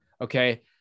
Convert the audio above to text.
okay